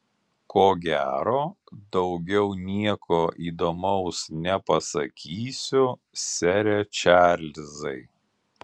ko gero daugiau nieko įdomaus nepasakysiu sere čarlzai